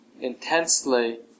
intensely